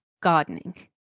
Gardening